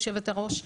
יושבת הראש,